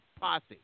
posse